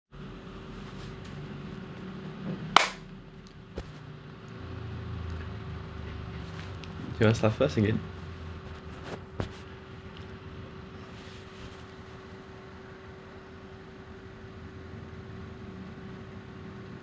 do you want to start first again